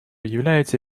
является